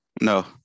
No